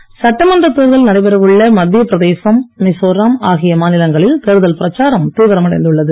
பிரச்சாரம் சட்டமன்ற தேர்தல் நடைபெற உள்ள மத்தியபிரதேசம் மிசோரம் ஆகிய மாநிலங்களில் தேர்தல் பிரச்சாரம் தீவிரம் அடைந்துள்ளது